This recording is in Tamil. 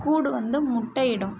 கூடு வந்து முட்டையிடும்